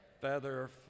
feather